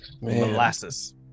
molasses